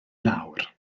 lawr